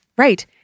Right